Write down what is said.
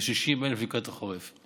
ו-60,000 לקראת החורף.